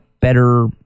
better